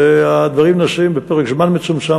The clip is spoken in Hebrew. והדברים נעשים בפרק זמן מצומצם,